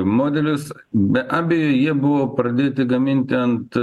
modelius be abejo jie buvo pradėti gaminti ant